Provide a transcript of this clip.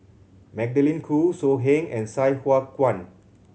Magdalene Khoo So Heng and Sai Hua Kuan